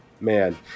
man